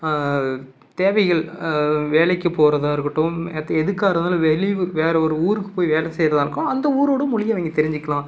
தேவைகள் வேலைக்கு போகிறதா இருக்கட்டும் மற்ற எதுக்கா இருந்தாலும் வெளியூர் வேறே ஒரு ஊருக்கு போய் வேலை செய்கிறதா இருக்கும் அந்த ஊரோடய மொழியை அவங்க தெரிஞ்சுக்கலாம்